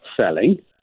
selling